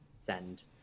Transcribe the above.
send